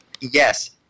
Yes